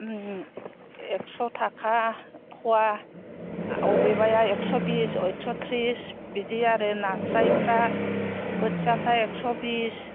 उम एकस' थाखा फवा अबेबाया एकस' बिस एकस' थ्रिस बिदि आरो नास्रायफ्रा बोथियाफ्रा एकस' बिस